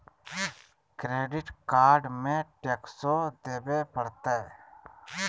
Credit card में टेक्सो देवे परते?